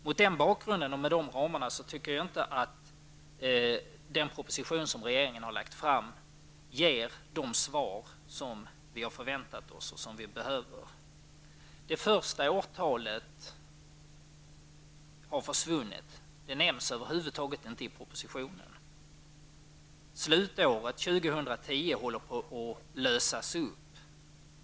Mot den bakgrunden tycker jag att den proposition som regeringen har lagt fram inte ger de svar som vi har förväntat oss och som vi behöver. Det första årtalet har försvunnit. Det nämns inte i propositionen. Slutåret 2010 håller på att lösas upp.